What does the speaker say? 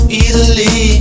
easily